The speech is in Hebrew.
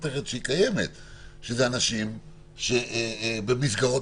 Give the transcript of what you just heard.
אנשים שהם במסגרות